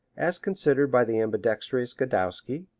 as considered by the ambidextrous godowsky,